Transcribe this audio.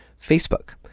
Facebook